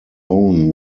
own